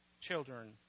children